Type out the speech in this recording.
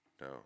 No